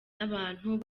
n’abantu